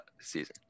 season